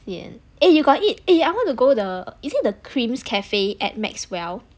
sian eh you got eat eh I want to go the is it the cream's cafe at maxwell